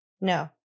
No